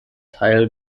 teil